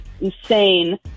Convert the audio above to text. insane